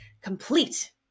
complete